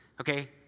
Okay